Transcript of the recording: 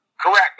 Correct